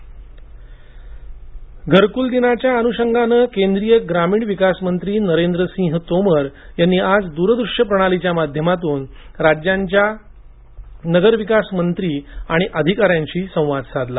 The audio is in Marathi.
नरेंद्र सिह तोमर घरकूल दिनाच्या अनुषगानं केंद्रीय ग्रामीण विकास मंत्री नरेंद्र सिंह तोमर यांनी आज दूरदृष्य प्रणालीच्या माध्यमातून राज्यांच्या नगर विकास मंत्री आणि अधिकाऱ्यांशी संवाद साधला